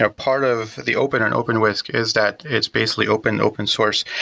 ah part of the open in openwhisk is that it's basically open open source.